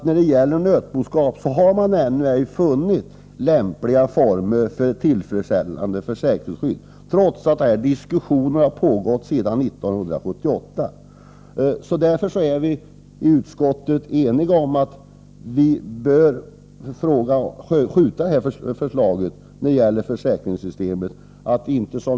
När det gäller nötboskapen har man emellertid ännu ej funnit lämpliga former för ett tillfredsställande försäkringsskydd, trots att diskussionerna om detta har pågått sedan 1978. Därför är vi i utskottet eniga om att man i fråga om nötboskap bör skjuta på ikraftträdandet av ett försäkringssystem.